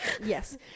yes